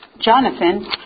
Jonathan